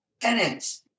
Tenants